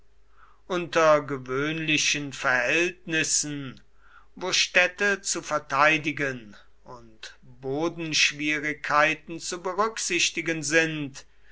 unter gewöhnlichen verhältnissen wo städte zu verteidigen und bodenschwierigkeiten zu berücksichtigen sind